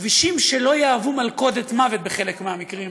כבישים שלא יהיו מלכודת מוות בחלק מהמקרים,